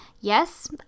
Yes